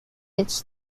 its